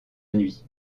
nuit